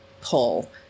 pull